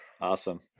Awesome